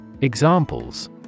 Examples